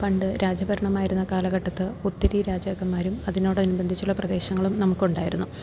പണ്ട് രാജഭരണമായിരുന്ന കാലഘട്ടത്ത് ഒത്തിരി രാജാക്കന്മാരും അതിനോടനുബന്ധിച്ചുള്ള പ്രദേശങ്ങളും നമുക്ക് ഉണ്ടായിരുന്നു